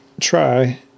try